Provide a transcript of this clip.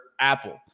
Apple